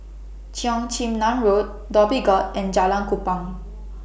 Cheong Chin Nam Road Dhoby Ghaut and Jalan Kupang